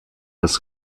das